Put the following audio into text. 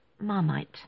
marmite